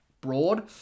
Broad